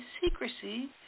secrecy